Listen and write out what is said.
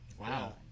wow